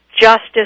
justice